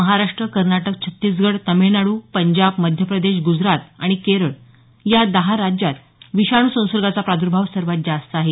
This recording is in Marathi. महाराष्ट्र कर्नाटक छत्तीसगड तमिळनाडू पंजाब मध्य प्रदेश ग्जरात आणि केरळ या दहा राज्यात विषाणू संसर्गाचा प्रादर्भाव सर्वात जास्त आहे